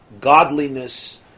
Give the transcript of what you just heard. godliness